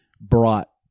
brought